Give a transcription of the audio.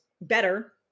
better